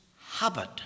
habit